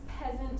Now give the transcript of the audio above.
peasant